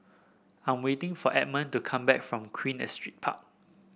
I am waiting for Edmund to come back from Queen Astrid Park